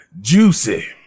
juicy